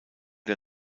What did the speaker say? der